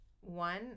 one